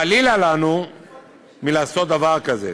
חלילה לנו מלעשות דבר כזה.